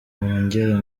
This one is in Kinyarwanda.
wongere